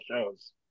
shows